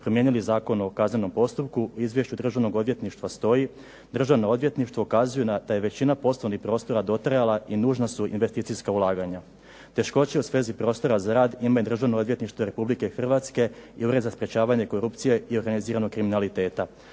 promijenili Zakon o kaznenom postupku, u izvješću Državnog odvjetništva stoji Državno odvjetništvo ukazuje da je većina poslovnih prostora dotrajala i nužna su investicijska ulaganja. Teškoće u svezi prostora za rad ima i Državno odvjetništvo Republike Hrvatske i Ured za sprječavanje korupcije i organiziranog kriminaliteta.